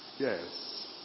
yes